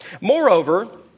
Moreover